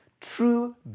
True